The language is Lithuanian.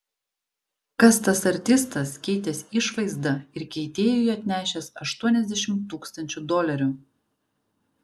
kas tas artistas keitęs išvaizdą ir keitėjui atnešęs aštuoniasdešimt tūkstančių dolerių